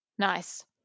Nice